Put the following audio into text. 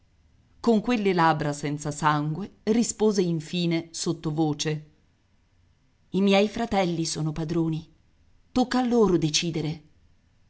con quelle labbra senza sangue rispose infine sottovoce i miei fratelli sono padroni tocca a loro decidere